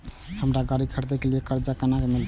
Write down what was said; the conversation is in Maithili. हमरा गाड़ी खरदे के लिए कर्जा केना मिलते?